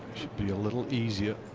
be a little easier